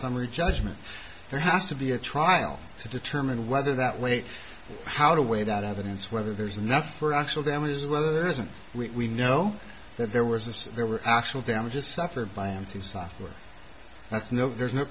summary judgment there has to be a trial to determine whether that weight how to weigh that evidence whether there's enough for actual damages whether there isn't we know that there was this there were actual damages suffered by mt software that's no there's no